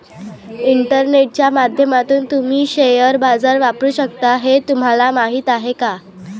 इंटरनेटच्या माध्यमातून तुम्ही शेअर बाजार वापरू शकता हे तुम्हाला माहीत आहे का?